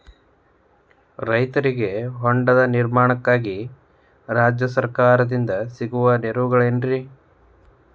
ರೈತರಿಗೆ ಕೃಷಿ ಹೊಂಡದ ನಿರ್ಮಾಣಕ್ಕಾಗಿ ರಾಜ್ಯ ಸರ್ಕಾರದಿಂದ ಸಿಗುವ ನೆರವುಗಳೇನ್ರಿ?